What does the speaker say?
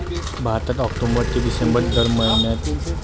भारतात ऑक्टोबर ते डिसेंबर दरम्यान मोत्याची लागवड योग्य प्रकारे होते